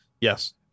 Yes